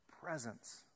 presence